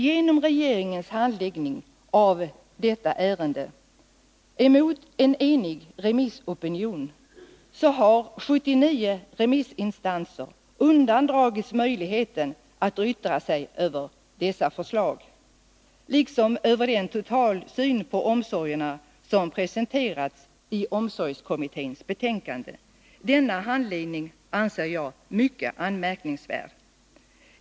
Genom regeringens handläggning av detta ärende — emot en enig remissopinion — har 79 remissinstanser undandragits möjligheten att yttra sig över dessa förslag liksom över den totalsyn på omsorgerna som presenterats i 109 omsorgskommitténs betänkande. Denna handläggning anser jag mycket anmärkningsvärd.